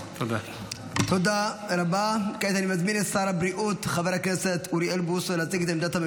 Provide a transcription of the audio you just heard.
הילדים והנשים אשר סובלים בשל ההריסות באזורים הערביים